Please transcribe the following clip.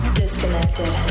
disconnected